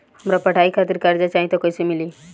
हमरा पढ़ाई खातिर कर्जा चाही त कैसे मिली?